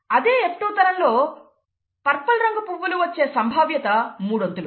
అదే F2 తరంలో purple రంగు పువ్వులు వచ్చే సంభావ్యత మూడొంతులు